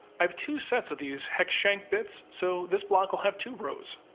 i have two sets of these hex shank bits, so this block will have two rows.